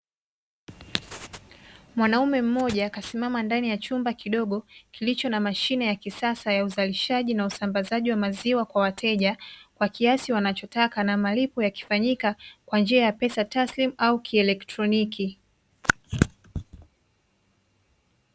Mwanaume mmoja kasimama ndani ya chumba kidogo kilicho na mashine ya kisasa ya uzalishaji na usambazaji wa maziwa kwa wateja, kwa kiasi wanachotaka na malipo yakifanyika kwa njia ya pesa taslimu au kielektroniki.